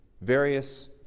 various